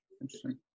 interesting